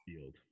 field